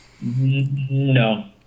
No